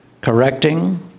correcting